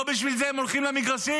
לא בשביל זה הם הולכים למגרשים.